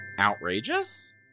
Outrageous